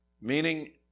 meaning